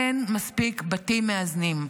אין מספיק בתים מאזנים.